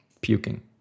Puking